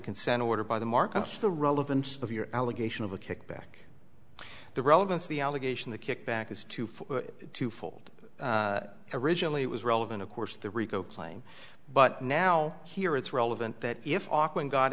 consent order by the markets the relevance of your allegation of a kickback the relevance the allegation the kickback is to four twofold originally it was relevant of course the rico claim but now here it's relevant that if got